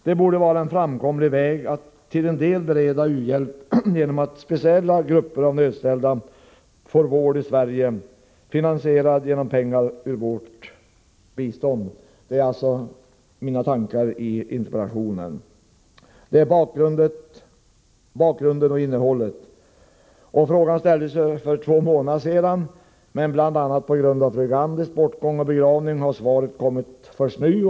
Det borde vara en framkomlig väg att till en del bereda u-hjälp genom att speciella grupper av nödställda får vård i Sverige, finansierad genom pengar ur vårt bistånd. Detta är bakgrunden till och innehållet i min interpellation. Den framställdes för två månader sedan, men bl.a. på grund av fru Gandhis bortgång och begravning har svaret kommit först nu.